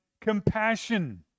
compassion